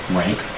rank